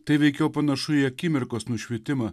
tai veikiau panašu į akimirkos nušvitimą